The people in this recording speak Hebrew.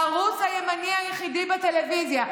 הערוץ הימני היחידי בטלוויזיה.